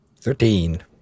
Thirteen